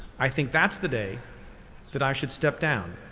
i think that's the day that i should step down.